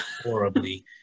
horribly